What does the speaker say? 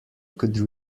could